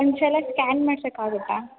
ಒಂದು ಸಲ ಸ್ಕ್ಯಾನ್ ಮಾಡ್ಸೋಕ್ಕಾಗುತ್ತಾ